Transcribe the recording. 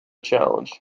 challenge